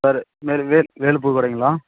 sir Velu Vel Velu பூக்கடைங்களா